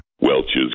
Welch's